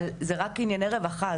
אבל זה רק ענייני רווחה,